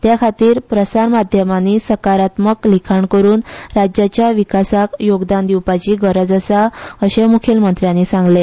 त्या खातीर प्रसार माध्यमांनी सकारात्मक लिखाण करून राज्याच्या विकासाक योगदान दिवपाची गरज आसा अशें म्खेलमंत्र्यानी सांगले